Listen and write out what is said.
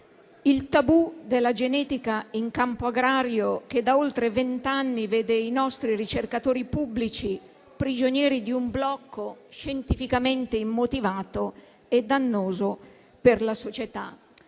il tabù della genetica in campo agrario, che da oltre vent'anni vede i nostri ricercatori pubblici prigionieri di un blocco scientificamente immotivato e dannoso per la società.